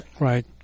Right